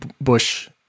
Bush